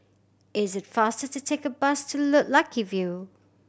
is it faster to take the bus to Lucky View